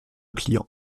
client